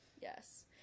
Yes